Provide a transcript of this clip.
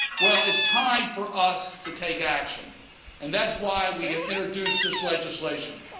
well, it's time for us to take action and that's why we have introduced this legislation.